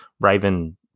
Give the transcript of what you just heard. Raven